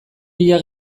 bila